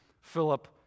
Philip